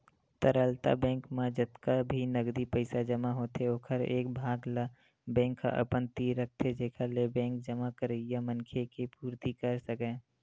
तरलता बेंक म जतका भी नगदी पइसा जमा होथे ओखर एक भाग ल बेंक ह अपन तीर रखथे जेखर ले बेंक जमा करइया मनखे के पुरती कर सकय